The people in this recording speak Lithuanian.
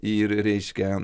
ir reiškia